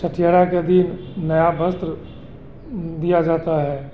छठीहारा के दिन नया वस्त्र दिया जाता है